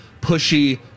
pushy